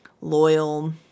loyal